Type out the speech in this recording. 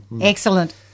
Excellent